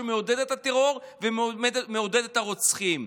שמעודד את הטרור ומעודד את הרוצחים.